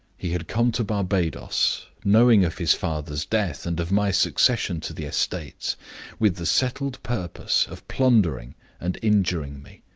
he had come to barbadoes knowing of his father's death and of my succession to the estates with the settled purpose of plundering and injuring me.